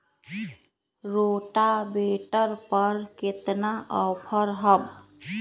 Rotavator पर केतना offer हव?